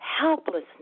helplessness